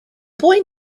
boy